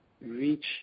reach